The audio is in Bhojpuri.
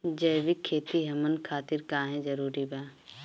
जैविक खेती हमन खातिर काहे जरूरी बा?